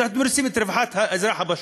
אתם רוצים את רווחת האזרח הפשוט,